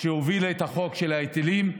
שהובילה את החוק של ההיטלים.